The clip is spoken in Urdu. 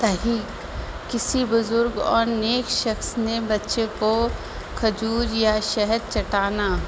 تحقیق کسی بزرگ اور نیک شخص نے بچے کو کھجور یا شہد چٹانا